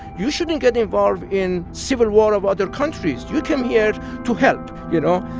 you shouldn't get involved in civil war of other countries. you came here to help, you know.